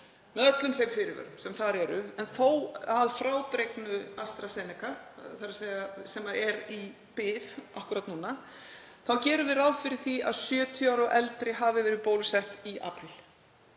með öllum þeim fyrirvörum sem þar eru, en þó að frádregnu AstraZeneca sem er í bið akkúrat núna, gerum við ráð fyrir því að 70 ára og eldri hafi verið bólusett í apríl,